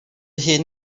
hun